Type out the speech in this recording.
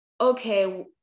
okay